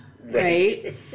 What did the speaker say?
right